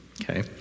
Okay